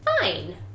fine